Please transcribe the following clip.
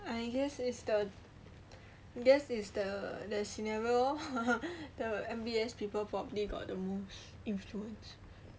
I guess it's the guess it's the the scenario the M_B_S people probably got the influence